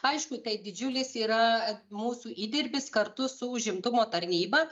aišku tai didžiulis yra mūsų įdirbis kartu su užimtumo tarnyba